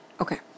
Okay